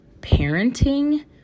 Parenting